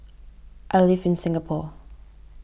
I live in Singapore